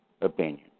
opinion